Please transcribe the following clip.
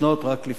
רק לפני כשבועיים